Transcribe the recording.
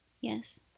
Yes